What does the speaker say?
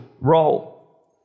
role